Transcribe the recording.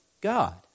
God